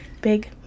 big